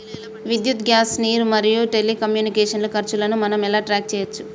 విద్యుత్ గ్యాస్ నీరు మరియు టెలికమ్యూనికేషన్ల ఖర్చులను మనం ఎలా ట్రాక్ చేయచ్చు?